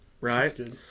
right